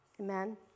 Amen